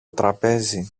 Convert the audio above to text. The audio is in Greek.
τραπέζι